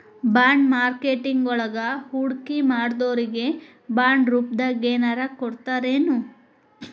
Bond marketing ವಳಗ ಹೂಡ್ಕಿಮಾಡ್ದೊರಿಗೆ ಬಾಂಡ್ರೂಪ್ದಾಗೆನರ ಕೊಡ್ತರೆನು?